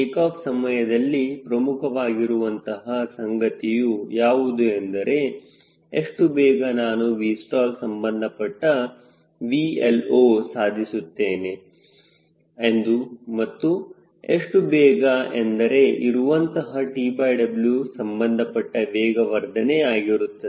takeoff ಸಮಯದಲ್ಲಿ ಪ್ರಮುಖವಾದಂತಹ ಸಂಗತಿಯು ಯಾವುದು ಎಂದರೆ ಎಷ್ಟು ಬೇಗ ನಾನು 𝑉stall ಸಂಬಂಧಪಟ್ಟ 𝑉LO ಸಾಧಿಸುತ್ತೇನೆ ಎಂದು ಮತ್ತು ಎಷ್ಟು ಬೇಗ ಎಂದರೆ ಇರುವಂತಹ TW ಸಂಬಂಧಪಟ್ಟ ವೇಗವರ್ಧನೆ ಆಗಿರುತ್ತದೆ